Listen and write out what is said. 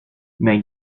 mais